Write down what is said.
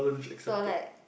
so like